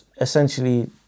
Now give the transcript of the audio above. essentially